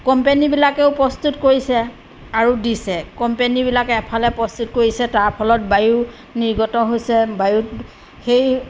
কম্পেনীবিলাকেও প্ৰস্তুত কৰিছে আৰু দিছে কম্পেনীবিলাক এফালে প্ৰস্তুত কৰিছে তাৰ ফলত বায়ু নিৰ্গত হৈছে বায়ু সেই